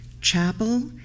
chapel